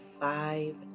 five